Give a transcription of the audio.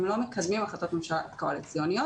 הוא לא מקדם החלטות ממשלה קואליציוניות.